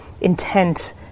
intent